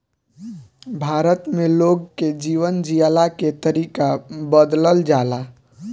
भारत में लोग के जीवन जियला के तरीका बदलल जाला